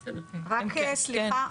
סליחה,